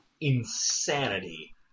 insanity